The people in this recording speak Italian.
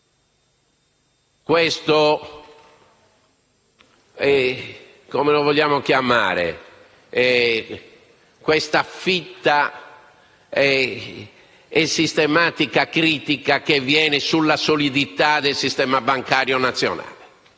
chiamare - fitta e sistematica critica che viene sulla solidità del sistema bancario nazionale